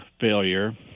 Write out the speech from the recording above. failure